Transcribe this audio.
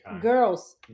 girls